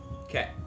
Okay